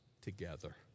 together